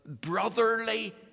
brotherly